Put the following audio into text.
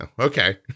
Okay